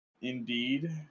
Indeed